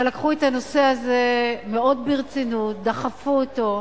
שלקחו את הנושא הזה מאוד ברצינות, דחפו אותו.